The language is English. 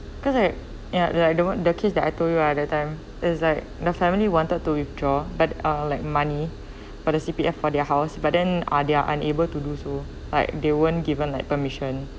because like ya like I don't want the case that I told you ya that time is like the family wanted to withdraw but uh like money but the C_P_F for their house but then uh they are unable to do so like they weren't given like permission